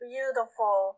Beautiful